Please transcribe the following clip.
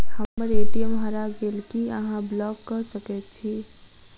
हम्मर ए.टी.एम हरा गेल की अहाँ ब्लॉक कऽ सकैत छी?